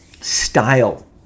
style